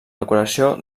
decoració